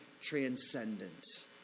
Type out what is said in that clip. transcendent